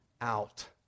out